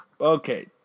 Okay